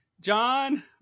John